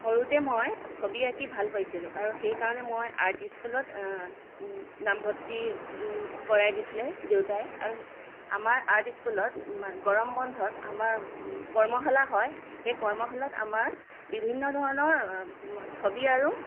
সৰুতে মই ছবি আঁকি ভাল পাইছিলোঁ আৰু সেইকাৰণে মই আৰ্ট স্কুলত নামভৰ্তি কৰাই দিছিলে দেউতাই আৰু আমাৰ আৰ্ট স্কুলত মা গৰম বন্ধত আমাৰ কৰ্মশালা হয় সেই কৰ্মশালাত আমাৰ বিভিন্ন ধৰণৰ ছবি আৰু